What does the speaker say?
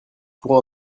pour